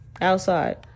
Outside